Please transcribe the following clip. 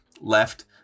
left